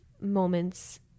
moments